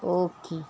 okay